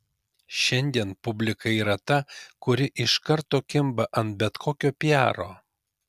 šiandien publika yra ta kuri iš karto kimba ant bet kokio piaro